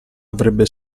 avrebbe